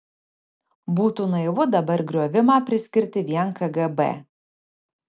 būtų naivu dabar griovimą priskirti vien kgb